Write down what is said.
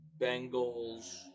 Bengals